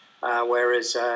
Whereas